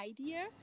idea